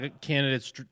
candidates